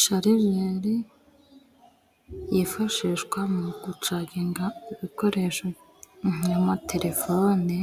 Sharijeri yifashishwa mu gucagenga ibikoresho nk'amatelefone